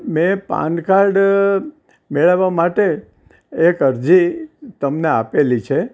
મેં પાનકાર્ડ મેળવવા માટે એક અરજી તમને આપેલી છે